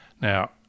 Now